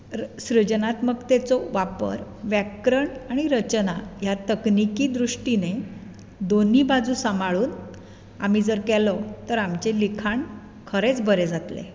सृजनात्मकतेचो वापर व्याकरण आनी रचना ह्या तकनिकी दृश्टीनीं दोनूय बाजू सांबाळून आमी जर केलो तर आमचें लिखाण खरेंच बरें जातलें